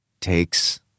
takes